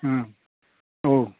औ